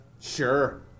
Sure